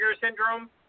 Syndrome